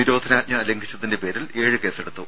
നിരോധനാജ്ഞ ലംഘിച്ചതിന്റെ പേരിൽ ഏഴ് കേസെടുത്തു